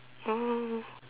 oh